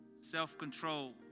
self-control